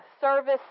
service